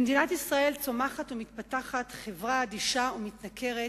במדינת ישראל צומחת ומתפתחת חברה אדישה ומתנכרת,